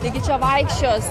taigi čia vaikščios